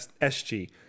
SG